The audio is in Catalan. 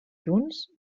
junts